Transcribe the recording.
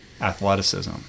athleticism